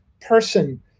person